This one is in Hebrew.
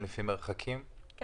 לדעת מי נדבק, מי